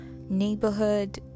neighborhood